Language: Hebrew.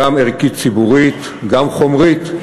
גם ערכית-ציבורית, גם חומרית,